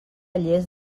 lles